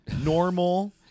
normal